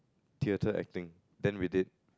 theatre acting then we did